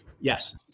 Yes